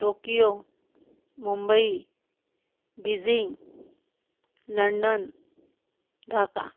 Tokyo Mumbai Beijing London Dhaka